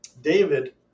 David